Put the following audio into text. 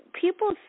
People